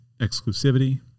exclusivity